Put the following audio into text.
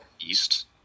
East